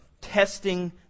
testing